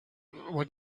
what